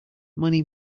money